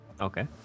okay